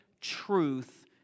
truth